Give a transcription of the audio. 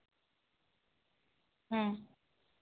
ᱦᱮᱸ